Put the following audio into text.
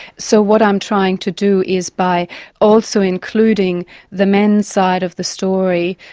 so what i'm trying to do is by also including the men's side of the story,